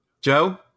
Joe